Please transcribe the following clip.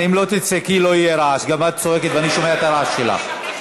אני לא שומעת את התשובה בגלל הרעש.